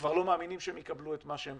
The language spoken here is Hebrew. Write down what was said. וכבר לא מאמינים שהם יקבלו את מה שהם